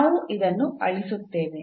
ನಾನು ಇದನ್ನು ಅಳಿಸುತ್ತೇನೆ